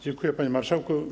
Dziękuję, panie marszałku.